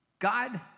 God